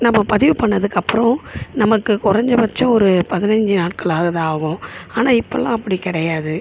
நம்ம பதிவு பண்ணதுக்கு அப்புறம் நமக்கு கொறஞ்ச பட்சம் ஒரு பதினைஞ்சு நாட்களாவது ஆகும் ஆனால் இப்போல்லாம் அப்படி கிடையாது